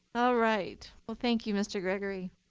all right. well, thank you, mr. gregory.